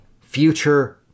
future